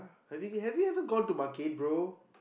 have you have you ever go to market bro